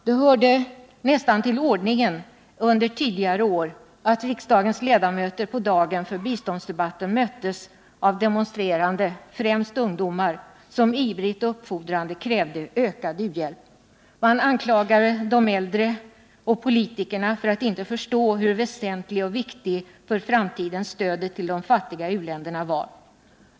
Det hörde nästan till ordningen under tidigare år att riksdagens ledamöter på dagen för biståndsdebatten möttes av demonstrerande, främst ungdomar, som ivrigt och uppfordrande krävde ökad u-hjälp. Man anklagade de äldre och politikerna för att inte förstå hur väsentligt och viktigt för framtiden som stödet till de fattiga u-länderna var.